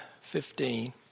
fifteen